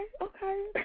Okay